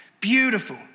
Beautiful